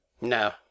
no